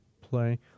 play